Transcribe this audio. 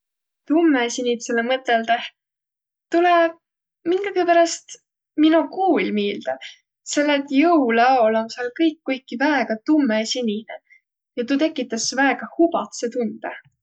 Tummõsinitsele mõtõldõh tulõ minkagiperäst mino kuul miilde, selle et joulõ aol om sääl kõik kuiki väega tummõsinine ja tuu tekütäs väega hubadsõ tundõ.